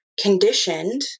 conditioned